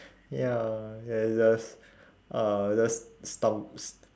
ya yes that's uh just stum~ stu~